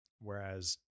whereas